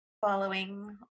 following